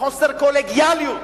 בחוסר קולגיאליות,